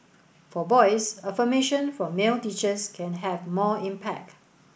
for boys affirmation from male teachers can have more impact